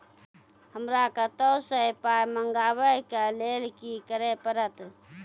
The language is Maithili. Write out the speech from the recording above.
हमरा कतौ सअ पाय मंगावै कऽ लेल की करे पड़त?